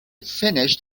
finished